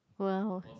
well